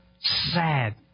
sad